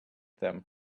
them